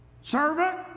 Servant